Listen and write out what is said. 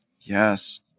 Yes